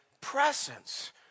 presence